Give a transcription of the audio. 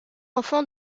enfant